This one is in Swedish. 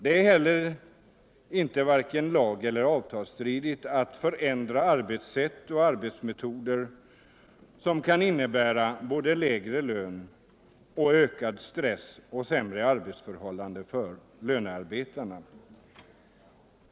Det är inte heller vare sig lageller avtalsstridigt att förändra arbetssätt och arbetsmetoder som kan innebära lägre lön, ökad stress och sämre arbetsförhållanden för lönearbetarna.